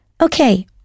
Okay